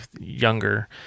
younger